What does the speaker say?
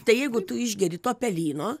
tai jeigu tu išgeri to pelyno